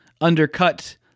undercut